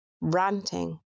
ranting